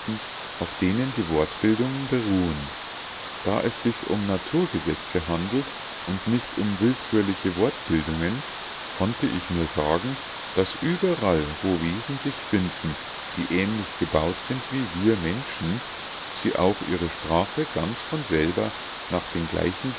auf denen die wortbildungen beruhen da es sich um naturgesetze handelt und nicht um willkürliche wortbildungen konnte ich mir sagen daß überall wo wesen sich finden die ähnlich gebaut sind wie wir menschen sie auch ihre sprache ganz von selber nach den gleichen